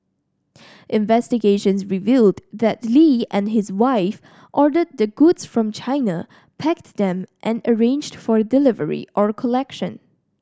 investigations revealed that Lee and his wife ordered the goods from China packed them and arranged for delivery or collection